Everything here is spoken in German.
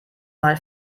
mal